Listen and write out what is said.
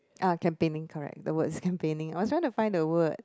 ah campaigning correct the word is campaigning I was trying to find the word